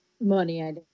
money